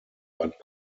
bad